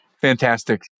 Fantastic